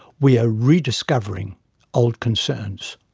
we are rediscovering old concerns.